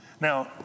Now